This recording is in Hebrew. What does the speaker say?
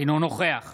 אינו נוכח